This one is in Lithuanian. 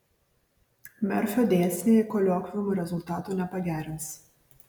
merfio dėsniai koliokviumų rezultatų nepagerins